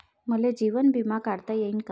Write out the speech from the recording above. मले जीवन बिमा काढता येईन का?